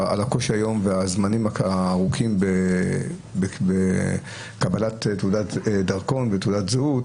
על הקושי היום והזמנים הארוכים בקבלת דרכון ותעודת זהות,